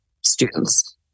students